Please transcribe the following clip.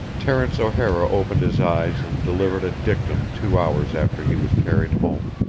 terence o'hara opened his eyes and delivered a dictum two hours after he was carried home.